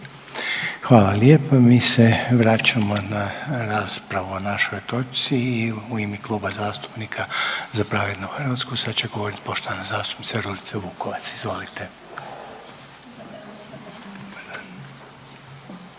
Željko (HDZ)** Mi se vraćamo na raspravu o našoj točci i u ime Kluba zastupnika Za pravednu Hrvatsku sad će govorit poštovana zastupnica Ružica Vukovac, izvolite.